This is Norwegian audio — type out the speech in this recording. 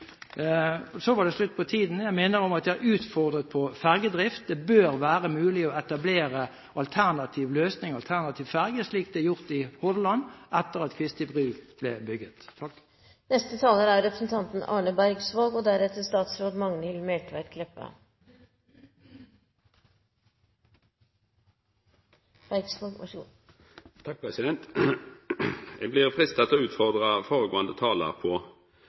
Så var det slutt på tiden min, president. Jeg minner om at jeg har utfordret på ferjedrift. Det bør være mulig å etablere alternativ løsning, alternativ ferje, slik det er gjort i Hordaland, etter at Kvisti bru ble bygd. Eg blir freista til å